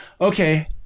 okay